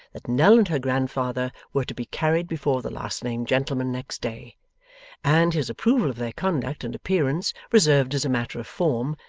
that nell and her grandfather were to be carried before the last-named gentleman next day and, his approval of their conduct and appearance reserved as a matter of form,